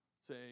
Say